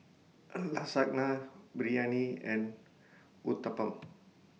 Lasagna Biryani and Uthapam